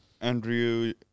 Andrew